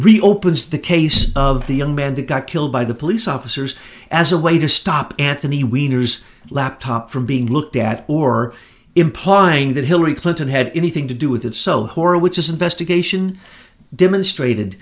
reopens the case of the young man that got killed by the police officers as a way to stop anthony weiner's laptop from being looked at or implying that hillary clinton had anything to do with it so horowitz investigation demonstrated